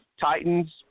Titans